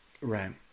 Right